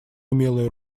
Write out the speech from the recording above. умелое